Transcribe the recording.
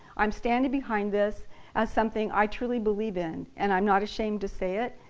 i'm standing behind this as something i truly believe in and i'm not ashamed to say it,